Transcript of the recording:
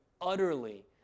utterly